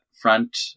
front